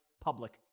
public